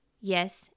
Yes